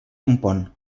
compon